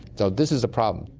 so this is a problem.